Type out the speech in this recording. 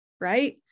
right